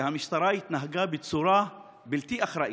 הופתעתי מכך שהמשטרה התנהגה בצורה בלתי אחראית,